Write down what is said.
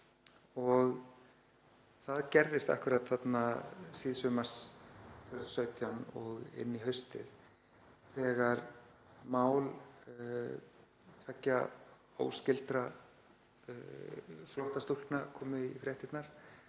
Það gerðist akkúrat þarna síðsumars 2017 og inn í haustið þegar mál tveggja óskyldra flóttastúlkna komu í fréttirnar.